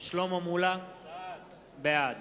שלמה מולה, בעד